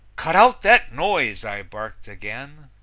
cut out that noise! i barked again.